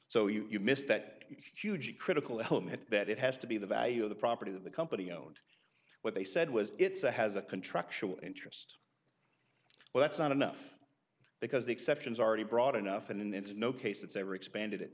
so you've missed that huge critical element that it has to be the value of the property that the company owned what they said was it's a has a contractual interest well that's not enough because the exceptions already broad enough and it's no case that's ever expanded it